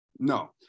No